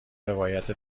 روایت